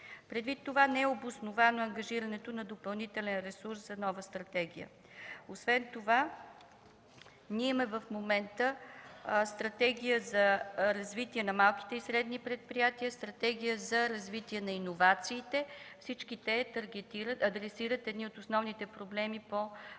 Предвид това не е обосновано ангажирането на допълнителен ресурс за нова стратегия. Освен това в момента имаме Стратегия за развитие на малките и средни предприятия, Стратегия за развитие на иновациите – всички те адресират едни от основните проблеми по насърчаването